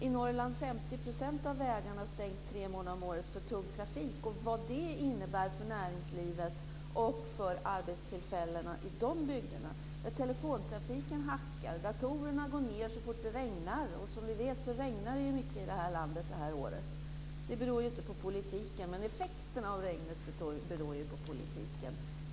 I Norrland stängs 50 % av vägarna tre månader om året för tung trafik. Man kan ju tänka sig vad det innebär för näringslivet och arbetstillfällena i de bygderna. Telefontrafiken hackar och datorerna går ned så fort det regnar, och som vi vet regnar det mycket i det här landet det här året. Det beror inte på politiken, men effekterna av regnet beror ju på politiken.